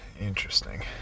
Interesting